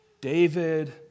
David